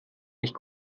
nicht